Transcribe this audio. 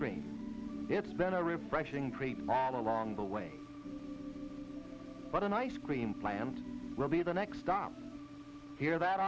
cream it's been a refreshing prate along the way but an ice cream plant will be the next stop here that